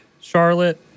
Charlotte